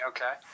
Okay